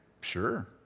Sure